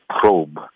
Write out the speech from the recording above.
probe